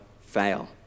fail